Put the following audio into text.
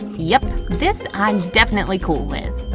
yup, this, i'm definitely cool with.